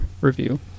review